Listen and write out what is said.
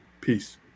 Peace